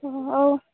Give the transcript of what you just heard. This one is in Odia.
ଆଉ